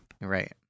Right